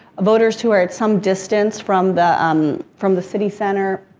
voters who are at some distance from the um from the city center.